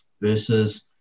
versus